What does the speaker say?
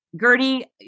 Gertie